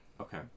Okay